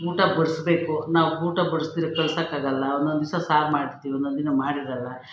ಊಟ ಬಡಿಸ್ಬೇಕು ನಾವು ಊಟ ಬಡಿಸ್ದಿರೆ ಕಳ್ಸೋಕ್ಕಾಗಲ್ಲ ಒಂದೊಂದು ದಿವ್ಸ ಸಾರು ಮಾಡ್ತೀವಿ ಒಂದೊಂದು ದಿನ ಮಾಡಿರಲ್ಲ